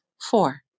Four